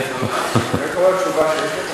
מחזיק בידי שאלון שנשלח בדיוק, כהאי